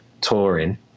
touring